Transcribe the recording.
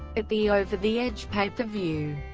at the over the edge pay-per-view,